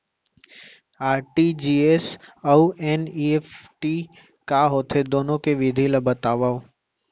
RTGS अऊ NEFT का होथे, दुनो के विधि ला बतावव